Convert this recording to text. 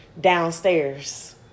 downstairs